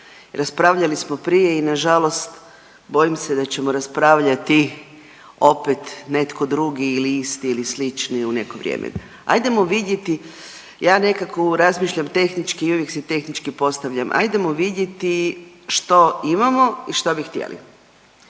raspravljali smo prije i nažalost bojim se da ćemo raspravljati opet netko drugi ili isti ili slični u neko vrijeme. Ajdemo vidjeti, ja nekako u razmišljam tehnički i uvijek se tehnički postavljam. Ajdemo vidjeti što imamo i što bi htjeli.